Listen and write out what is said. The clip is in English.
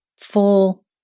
full